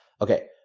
Okay